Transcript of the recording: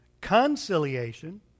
Conciliation